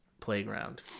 playground